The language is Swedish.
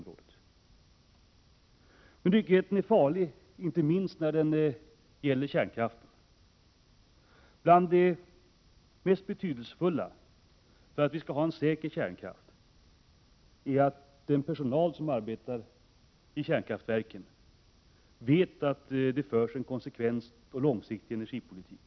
Ryckigheten är särskilt farlig när den gäller kärnkraften. Bland det mest betydelsefulla för att vi skall ha en säker kärnkraft är att den personal som arbetar i kärnkraftverken är väl utbildad och väl motiverad. En förutsättning härför är en konsekvent och långsiktig energipolitik.